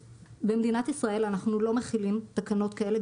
במדינת ישראל אנחנו לא מחילים תקנות כאלה,